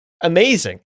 Amazing